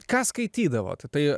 ką skaitydavot tai